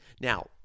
now